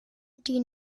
deny